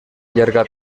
llarga